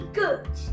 good